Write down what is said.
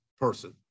person